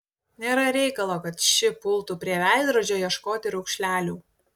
nėra reikalo kad ši pultų prie veidrodžio ieškoti raukšlelių